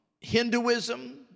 Hinduism